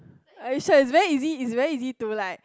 are you sure it is very easy is very easy to like